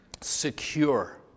secure